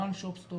One shope stope